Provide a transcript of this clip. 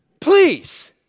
Please